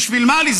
בשביל מה לי?